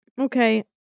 Okay